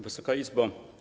Wysoka Izbo!